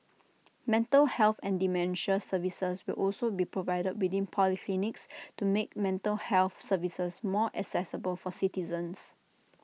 mental health and dementia services will also be provided within polyclinics to make mental health services more accessible for citizens